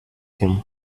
him